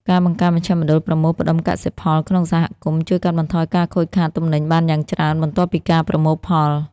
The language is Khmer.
ការបង្កើតមជ្ឈមណ្ឌលប្រមូលផ្ដុំកសិផលក្នុងសហគមន៍ ជួយកាត់បន្ថយការខូចខាតទំនិញបានយ៉ាងច្រើនបន្ទាប់ពីការប្រមូលផល។